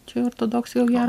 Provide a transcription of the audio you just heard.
čia jau ortodoksai ko gero